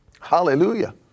Hallelujah